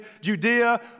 Judea